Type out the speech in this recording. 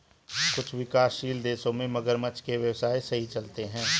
कुछ विकासशील देशों में मगरमच्छ के व्यवसाय सही चलते हैं